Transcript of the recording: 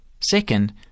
Second